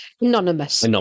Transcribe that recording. Anonymous